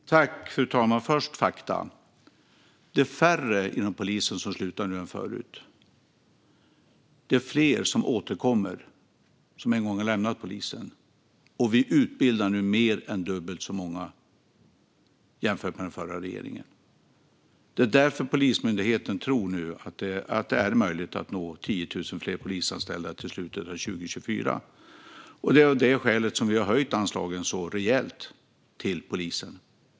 Fru talman! Låt mig först redogöra för fakta. Det är färre inom polisen som slutar nu än förut. Det är fler som återkommer efter att en gång ha lämnat polisen. Vi utbildar nu mer än dubbelt så många som under den förra regeringen. Det är därför som Polismyndigheten nu tror att det är möjligt att nå 10 000 fler polisanställda till slutet av 2024. Det är av det skälet som vi har höjt anslagen till polisen rejält.